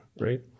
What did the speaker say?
right